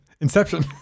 Inception